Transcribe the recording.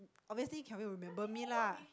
obviously Kelvin will remember me lah